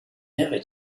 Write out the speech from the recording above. never